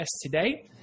today